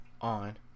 on